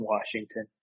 Washington